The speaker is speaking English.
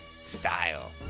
Style